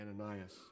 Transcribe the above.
Ananias